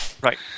Right